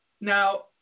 Now